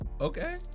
Okay